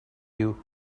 you